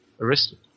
arrested